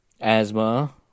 asthma